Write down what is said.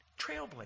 Trailblazer